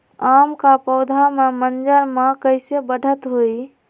आम क पौधा म मजर म कैसे बढ़त होई?